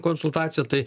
konsultacija tai